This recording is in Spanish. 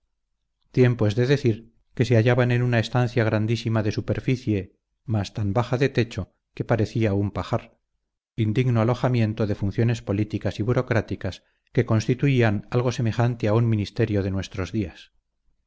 tiempo es de decir que se hallaban en una estancia grandísima de superficie mas tan baja de techo que parecía un pajar indigno alojamiento de funciones políticas y burocráticas que constituían algo semejante a un ministerio de nuestros días